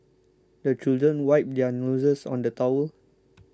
the children wipe their noses on the towel